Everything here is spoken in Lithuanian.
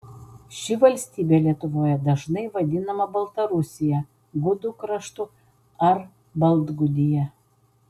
ši valstybė lietuvoje dažnai vadinama baltarusija gudų kraštu ar baltgudija